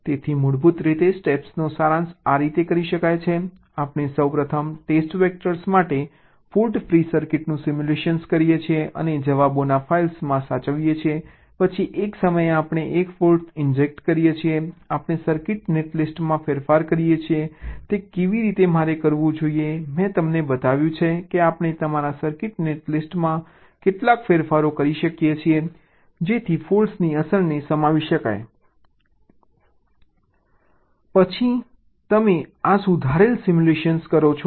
તેથી મૂળભૂત સ્ટેપ્સનો સારાંશ આ રીતે કરી શકાય છે આપણે સૌ પ્રથમ ટેસ્ટ વેક્ટર માટે ફોલ્ટ ફ્રી સર્કિટનું સિમ્યુલેટ કરીએ છીએ અને જવાબોને ફાઇલમાં સાચવીએ છીએ પછી એક સમયે આપણે એક ફોલ્ટ ઇન્જેક્ટ કરીએ છીએ આપણે સર્કિટ નેટલિસ્ટમાં ફેરફાર કરીએ છીએ તે રીતે મારે કરવું જોઈએ મેં તમને બતાવ્યું કે આપણે તમારા સર્કિટ નેટલિસ્ટમાં કેટલાક ફેરફારો કરી શકીએ છીએ જેથી ફોલ્ટની અસરને સમાવી શકાય પછી તમે આ સુધારેલા સિમ્યુલેટ કરો